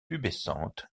pubescentes